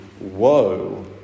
woe